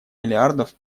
миллиардов